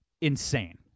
insane